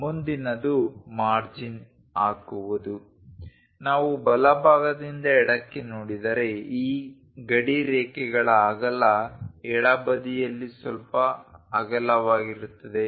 ಮುಂದಿನದು ಮಾರ್ಜಿನ್ ಹಾಕುವುದು ನಾವು ಬಲಭಾಗದಿಂದ ಎಡಕ್ಕೆ ನೋಡಿದರೆ ಈ ಗಡಿ ರೇಖೆಗಳ ಅಗಲ ಎಡಬದಿಯಲ್ಲಿ ಸ್ವಲ್ಪ ಅಗಲವಾಗಿರುತ್ತದೆ